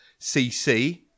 cc